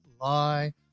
lie